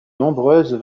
nombreuses